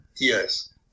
Yes